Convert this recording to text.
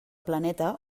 planeta